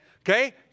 Okay